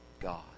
God